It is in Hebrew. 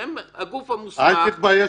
שהם הגוף המוסמך -- אמרתי.